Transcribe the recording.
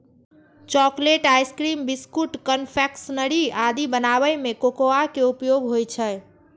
chocolate, ice cream, biscuit, confectionery आदि बनाबै मे कोकोआ के उपयोग होइ छै